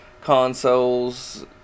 consoles